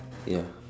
ya